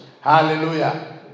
Hallelujah